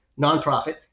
nonprofit